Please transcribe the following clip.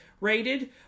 rated